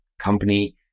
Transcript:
company